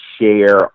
share